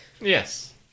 Yes